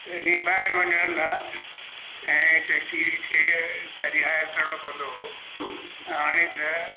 पहिरीं ॿाहिरि वञण लाइ कंहिं टैक्सी खे पहिरीं हायर करिणो पवंदो हुओ ऐं हाणे त